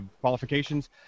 qualifications